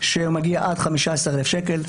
שמגיע עד 15,000 שקל,